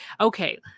Okay